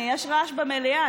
יש רעש במליאה.